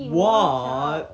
what